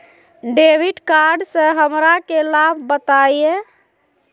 Debit card से हमरा के लाभ बताइए?